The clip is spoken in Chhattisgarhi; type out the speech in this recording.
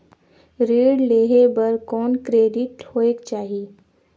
ऋण लेहे बर कौन क्रेडिट होयक चाही?